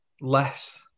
less